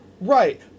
Right